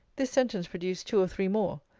this sentence produced two or three more.